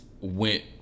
went